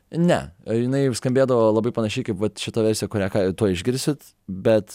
ne jinai skambėdavo labai panašiai kaip vat šita versija kurią tuoj išgirsit bet